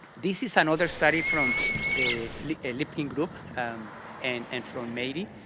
this is another study from the lipkin group and and from mattey.